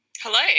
Hello